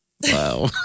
Wow